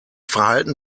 verhalten